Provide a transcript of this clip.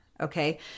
okay